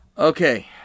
Okay